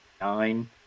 nine